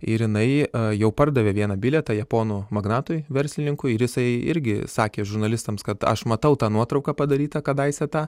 ir jinai jau pardavė vieną bilietą japonų magnatui verslininkui ir jisai irgi sakė žurnalistams kad aš matau tą nuotrauką padarytą kadaise tą